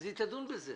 היא תדון בזה.